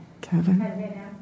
Kevin